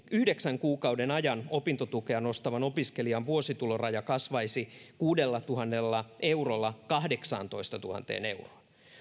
yhdeksän kuukauden ajan opintotukea nostavan opiskelijan vuosituloraja kasvaisi kuudellatuhannella eurolla kahdeksaantoistatuhanteen euroon